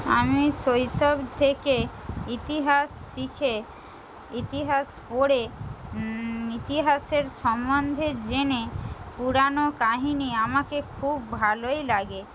আমি শৈশব থেকে ইতিহাস শিখে ইতিহাস পড়ে ইতিহাসের সম্বন্ধে জেনে পুরানো কাহিনি আমাকে খুব ভালোই লাগে